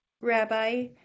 rabbi